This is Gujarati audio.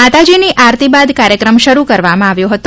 માતાજીની આરતી બાદ કાર્યક્રમ શરૂ કરવામાં આવ્યો હતો